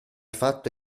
fatto